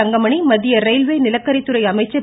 தங்கமணி மத்திய ரயில்வே நிலக்கரித்துறை அமைச்சர் திரு